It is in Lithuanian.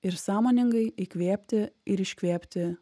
ir sąmoningai įkvėpti ir iškvėpti